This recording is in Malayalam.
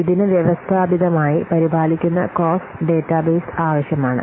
ഇതിന് വ്യവസ്ഥാപിതമായി പരിപാലിക്കുന്ന കോസ്റ്റ് ഡാറ്റാബേസ് ആവശ്യമാണ്